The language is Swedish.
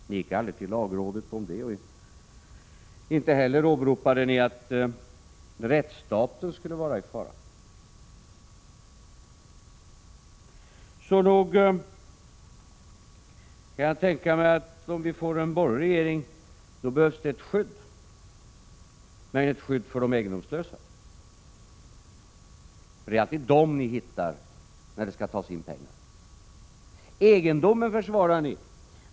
Ni gick aldrig till lagrådet om det, och inte heller åberopade ni att rättsstaten skulle vara i fara. Nog kan jag tänka mig att det, om vi får en borgerlig regering, behövs ett skydd — men ett skydd för de egendomslösa. Det är alltid dem ni hittar när det skall tasin pengar. Egendomen försvarar ni.